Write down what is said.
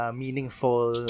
meaningful